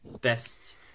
best